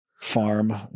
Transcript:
farm